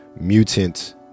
mutant